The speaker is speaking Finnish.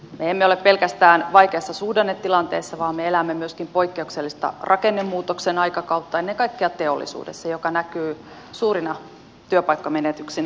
me emme ole pelkästään vaikeassa suhdannetilanteessa vaan me elämme myöskin poikkeuksellista rakennemuutoksen aikakautta ennen kaikkea teollisuudessa mikä näkyy suurina työpaikkamenetyksinä